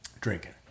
Drinking